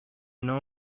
know